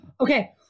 Okay